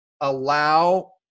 Allow